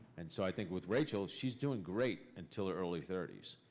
and so i think with rachel, she's doing great until her early thirty s.